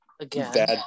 again